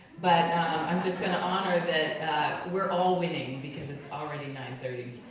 but i'm just gonna honor that we're all winning, because it's already nine thirty.